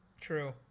True